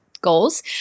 goals